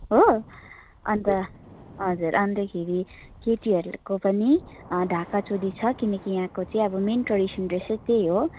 हो अन्त हजुर अन्तखेरि केटीहरूको पनि ढाकाचोली छ किनकि यहाँको चाहिँ मेन ट्रेडिसन ड्रेसै त्यही हो